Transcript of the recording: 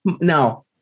now